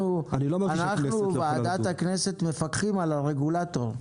אנחנו בוועדת הכנסת מפקחים על הרגולטור.